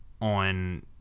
on